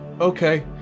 Okay